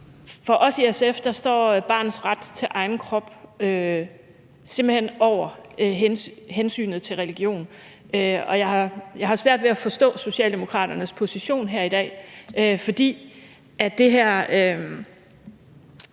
For os i SF står barnets ret til egen krop simpelt hen over hensynet til religion, og jeg har svært ved at forstå Socialdemokratiets position her i dag. For som jeg